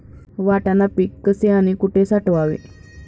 वाटाणा पीक कसे आणि कुठे साठवावे?